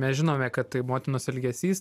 mes žinome kad tai motinos elgesys